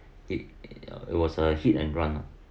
it it was a hit and run ah